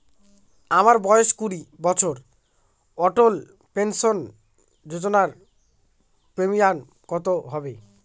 আমার বয়স কুড়ি বছর অটল পেনসন যোজনার প্রিমিয়াম কত হবে?